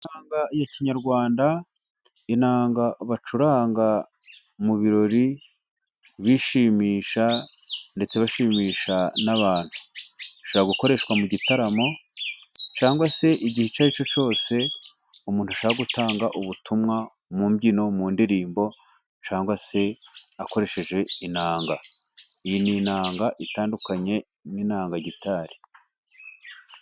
intanga igikoresho kinyarwanda; inanga bacuranga mu birori bishimisha ndetse bashimisha n'abantu, ishobora gukoreshwa mu gitaramo cyangwa se igihe icyo ari cyo cyose umuntu ashaka gutanga ubutumwa; mu mbyino, mu ndirimbo cyangwa se akoresheje inanga, iyi ni inanga itandukanye n'inanga gitari.